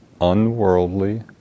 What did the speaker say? unworldly